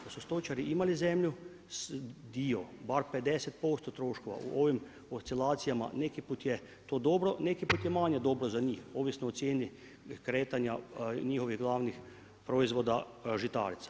Da su stočari imali zemlju, dio, bar 50% troškova u ovim oscilacijama, neki put je to dobro, neki put je manje dobro za njih, ovisno o cijeni kretanja njihovih glavnih proizvoda žitarica.